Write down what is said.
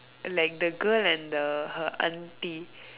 like the girl and the her auntie